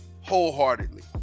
wholeheartedly